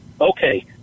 Okay